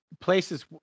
Places